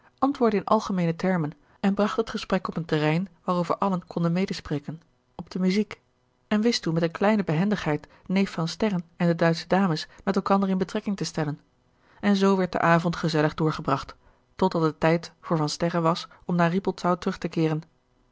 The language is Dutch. antwoordde in algemeene termen en bracht het gesprek op een terrein waarover allen konden medespreken op de muziek en wist toen met eene kleine behendigheid neef van sterren en de duitsche dames met elkander in betrekking te stellen en zoo werd de avond gezellig doorgebracht totdat het tijd voor van sterren was om naar rippoldsau terug te keeren